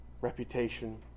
Reputation